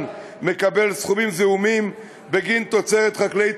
מקבל סכומים זעומים בגין תוצרת חקלאית,